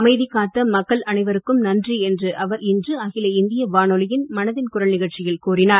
அமைதி காத்த மக்கள் அனைவருக்கும் நன்றி என்று அவர் இன்று அகில இந்திய வானொலியின் மனதின் குரல் நிகழ்ச்சியில் கூறினார்